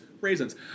Raisins